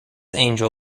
angel